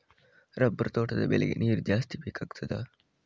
Rubber ತೋಟ ಬೆಳೆಗೆ ನೀರು ಜಾಸ್ತಿ ಬೇಕಾಗುತ್ತದಾ?